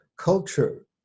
culture